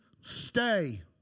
Stay